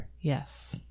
yes